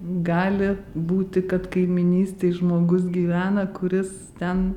gali būti kad kaimynystėj žmogus gyvena kuris ten